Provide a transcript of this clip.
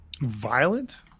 Violent